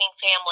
family